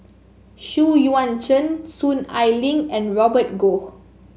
Xu Yuan Zhen Soon Ai Ling and Robert Goh